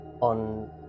on